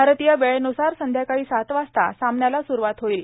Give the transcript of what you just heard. भारतीय वेळेन्सार संध्याकाळी सात वाजता सामन्याला सुरूवात होईल